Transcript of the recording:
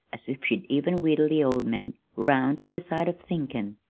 as if she'd even wheedle the old man round ter her side of thinkin.